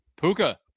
Puka